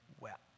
wept